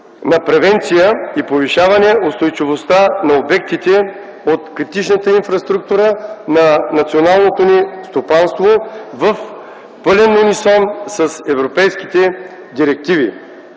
на превенция и повишаване устойчивостта на обектите от критичната инфраструктура на националното ни стопанство в пълен унисон с европейските директиви.